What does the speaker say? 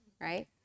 right